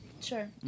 Sure